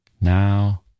Now